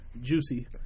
juicy